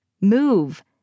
Move